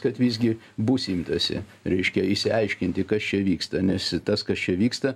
kad visgi bus imtasi reiškia išsiaiškinti kas čia vyksta nes tas kas čia vyksta